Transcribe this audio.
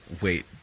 wait